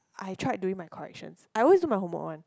I tried doing my corrections I always do my homework one